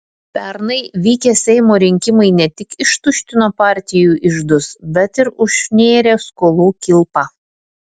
pernai vykę seimo rinkimai ne tik ištuštino partijų iždus bet ir užnėrė skolų kilpą